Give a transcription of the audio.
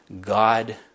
God